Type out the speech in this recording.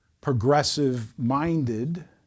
progressive-minded